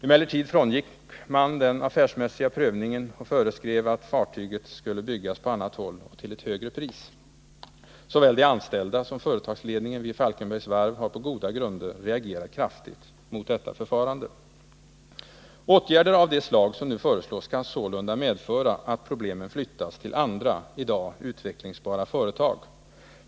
Emellertid frångick man den affärsmässiga prövningen och föreskrev att fartyget skulle byggas på annat håll och till ett högre pris. Såväl de anställda som företagsledningen vid Falkenbergs Varv har på goda grunder reagerat kraftigt mot detta förfarande. Åtgärder av de slag som nu föreslås kan sålunda medföra att problemen flyttas till andra i dag utvecklingsbara företag.